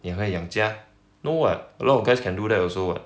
你会养家 no what a lot of guys can do that also what